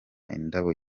indabo